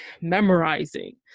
memorizing